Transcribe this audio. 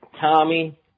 Tommy